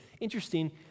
Interesting